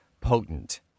potent